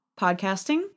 Podcasting